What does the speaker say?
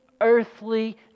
earthly